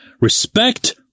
Respect